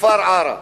בכפר ערערה.